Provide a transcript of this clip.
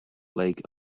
lake